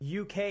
uk